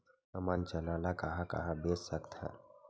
हमन चना ल कहां कहा बेच सकथन?